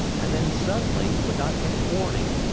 and then suddenly, without any warning,